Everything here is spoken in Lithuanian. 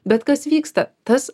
bet kas vyksta tas